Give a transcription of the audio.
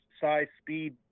size-speed